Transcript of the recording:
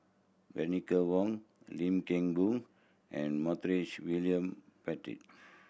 Bernice Wong Lim Kim Boon and Montague William Pett